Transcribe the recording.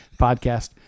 podcast